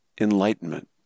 enlightenment